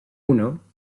uno